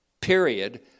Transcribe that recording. period